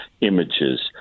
images